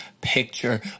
picture